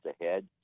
ahead